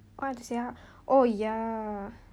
what I want to say ah oh ya